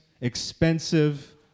expensive